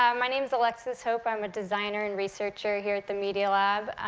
um my name's alexis hope. i'm a designer and researcher here at the media lab.